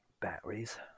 Batteries